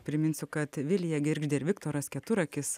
priminsiu kad vilija girgždė ir viktoras keturakis